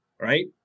right